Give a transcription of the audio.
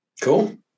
Cool